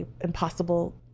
impossible